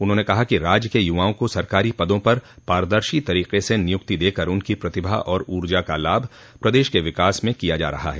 उन्होंने कहा कि राज्य के युवाओं को सरकारी पदों पर पारदर्शी तरीके से नियुक्ति देकर उनकी प्रतिभा और ऊर्जा का लाभ प्रदेश के विकास में किया जा रहा है